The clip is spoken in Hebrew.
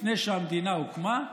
לפני שהמדינה הוקמה,